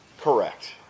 Correct